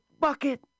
bucket